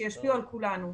שישפיעו על כולנו,